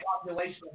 population